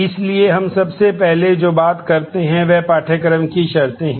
इसलिए हम सबसे पहले जो बात करते हैं वह पाठ्यक्रम की शर्तें हैं